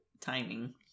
timing